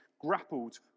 grappled